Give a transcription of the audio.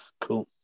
Cool